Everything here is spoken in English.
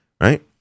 right